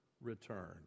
return